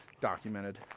documented